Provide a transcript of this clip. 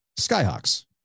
Skyhawks